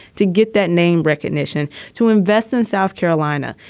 to get that name recognition, to invest in south carolina.